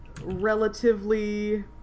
relatively